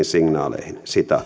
signaaleihin